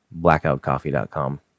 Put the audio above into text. blackoutcoffee.com